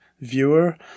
viewer